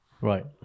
Right